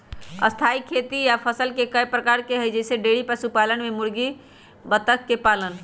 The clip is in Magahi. स्थाई खेती या फसल कय प्रकार के हई जईसे डेइरी पशुपालन में बकरी मुर्गी बत्तख के पालन